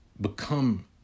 become